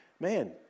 man